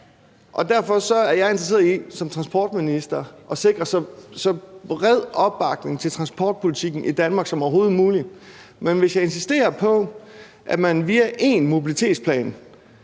transportminister interesseret i at sikre så bred opbakning til transportpolitikken i Danmark som overhovedet muligt. Men hvis jeg insisterer på, at man via én mobilitetsplan